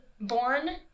born